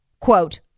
quote